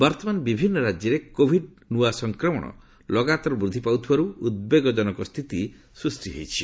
ବର୍ତ୍ତମାନ ବିଭିନ୍ନ ରାଜ୍ୟରେ କୋଭିଡ୍ ନୂଆ ସଂକ୍ରମଣ ଲଗାତର ବୃଦ୍ଧି ପାଉଥିବାରୁ ଉଦ୍ବେଗଜନକ ସ୍ଥିତି ସୃଷ୍ଟି ହୋଇଛି